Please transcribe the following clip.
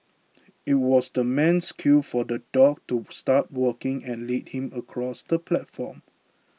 it was the man's cue for the dog to start walking and lead him across the platform